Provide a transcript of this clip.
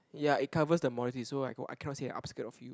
ya it covers the so I can~ I cannot see the upskirt of you